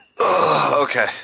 Okay